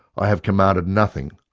i have commanded nothing,